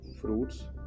fruits